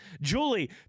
Julie